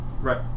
Right